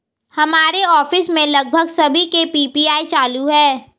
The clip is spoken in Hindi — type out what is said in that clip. हमारे ऑफिस में लगभग सभी के पी.पी.आई चालू है